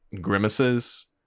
grimaces